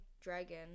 dragon